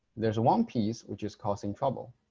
there's one piece which is causing trouble